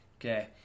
Okay